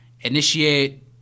initiate